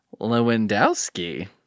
Lewandowski